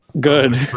Good